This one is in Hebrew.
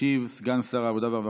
ישיב סגן שר העבודה,